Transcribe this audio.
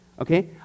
okay